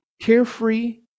carefree